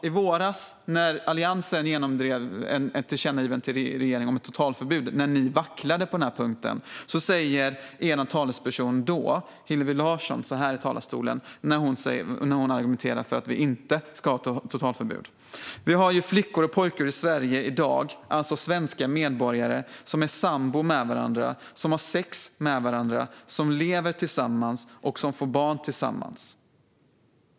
I våras när Alliansen genomdrev ett tillkännagivande till regeringen om ett totalförbud och ni vacklade på denna punkt sa er talesperson Hillevi Larsson så här i talarstolen, när hon argumenterade för att vi inte ska ha ett totalförbud: "Vi har ju flickor och pojkar i Sverige i dag, alltså svenska medborgare, som är sambo med varandra, som har sex med varandra, som lever tillsammans och som får barn tillsammans."